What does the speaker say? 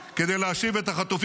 מה רצית, שאני אתלונן בפני סאליבן?